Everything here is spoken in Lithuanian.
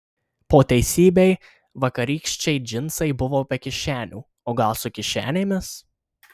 po teisybei vakarykščiai džinsai buvo be kišenių o gal su kišenėmis